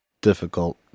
difficult